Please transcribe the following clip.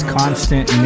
constant